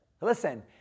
listen